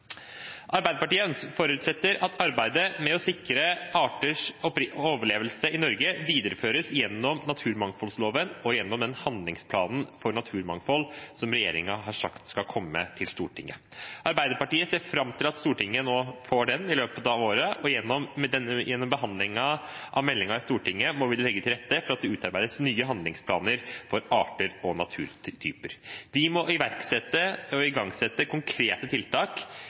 forutsetter at arbeidet med å sikre arters overlevelse i Norge videreføres gjennom naturmangfoldloven og gjennom den handlingsplanen for naturmangfold som regjeringen har sagt skal komme til Stortinget. Arbeiderpartiet ser fram til at Stortinget skal få den i løpet av året, og gjennom behandlingen av meldingen i Stortinget må vi legge til rette for at det utarbeides nye handlingsplaner for arter og naturtyper. Vi må iverksette og igangsette konkrete tiltak